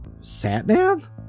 Sat-nav